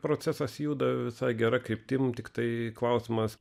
procesas juda visai gera kryptim tiktai klausimas